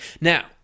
Now